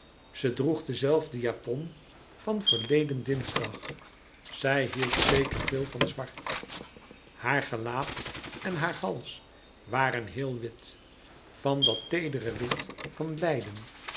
droeg de zelfde japon van verleden dinsdag zij hield zeker veel van zwart haar gelaat en haar hals waren heel wit van dat teedere wit van lijden